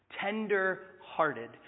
tender-hearted